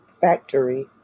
factory